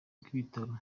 bw’ibitaro